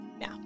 now